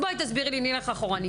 תסבירי לי מה זה?